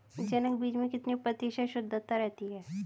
जनक बीज में कितने प्रतिशत शुद्धता रहती है?